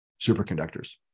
superconductors